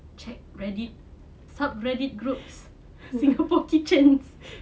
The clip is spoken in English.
check reddit sub reddit groups singapore kitchens